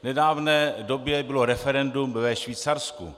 V nedávné době bylo referendum ve Švýcarsku.